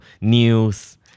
news